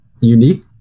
unique